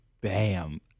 bam